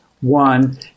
one